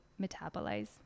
metabolize